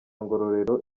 ngororero